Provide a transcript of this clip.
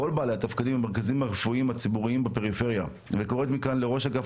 כל בעלי התפקידים המרכזיים הרפואיים בפריפריה וקוראת מכאן לראש אגף